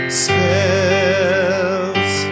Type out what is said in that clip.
spells